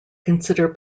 consider